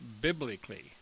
biblically